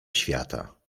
świata